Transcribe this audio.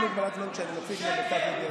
אין לי הגבלת זמן כשאני מציג, למיטב ידיעתי.